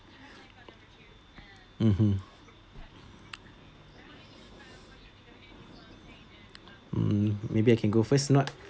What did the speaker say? mmhmm mm maybe I can go first not